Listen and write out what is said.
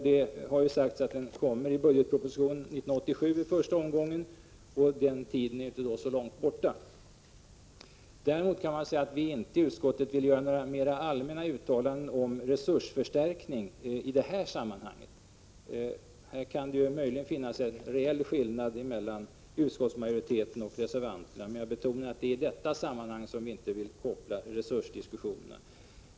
Det har sagts att den kommer i budgetpropositionen 1987 i en första omgång, och det dröjer alltså inte så länge. Några mer allmänna uttalanden om resursförstärkning vill vi inte göra i detta sammanhang. Här kan det möjligen finnas en reell skillnad mellan utskottsmajoriteten och reservanterna, men jag betonar att det är i detta sammanhang som vi inte vill göra någon koppling när det gäller resursdiskussionen.